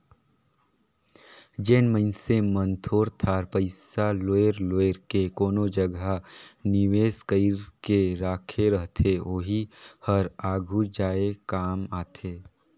जेन मइनसे मन थोर थार पइसा लोएर जोएर के कोनो जगहा निवेस कइर के राखे रहथे ओही हर आघु जाए काम आथे